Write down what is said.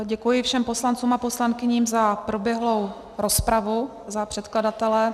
Děkuji všem poslancům a poslankyním za proběhlou rozpravu za předkladatele.